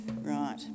Right